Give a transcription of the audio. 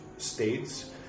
states